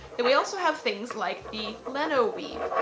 then we also have things like the leno weave.